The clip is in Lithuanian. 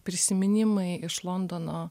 prisiminimai iš londono